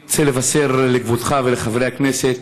אני רוצה לבשר לכבודך ולחברי הכנסת